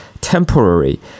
temporary